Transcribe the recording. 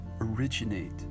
originate